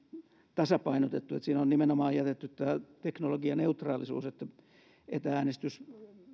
tasapainotettu niin että siihen on nimenomaan jätetty tämä teknologianeutraalisuus että etä äänestys